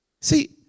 See